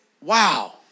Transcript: wow